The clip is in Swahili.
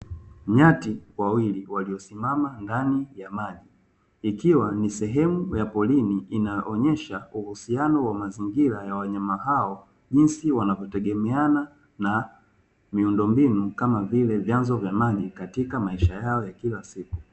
Nyati wawili waliosimama ndani ya maji ikiwa ni sehemu ya porini inaonesha uhusiano wa wanyama hao, jinsi wanavyo tegemeana na miundombinu kama vile vyanzo vya maji kwenye maisha yao ya kila siku.